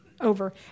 over